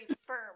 firm